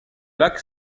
lac